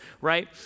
right